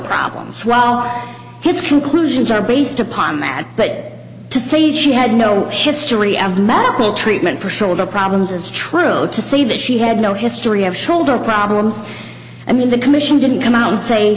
problems while his conclusions are based upon mad but to say she had no history of medical treatment for shoulder problems it's true to say that she had no history of shoulder problems i mean the commission didn't come out and say